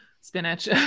spinach